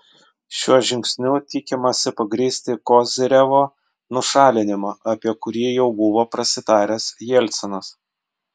šiuo žingsniu tikimasi pagrįsti kozyrevo nušalinimą apie kurį jau buvo prasitaręs jelcinas